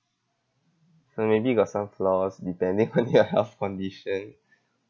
so maybe got some flaws depending on your health condition